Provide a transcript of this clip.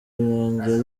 birangiye